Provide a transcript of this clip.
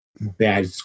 bad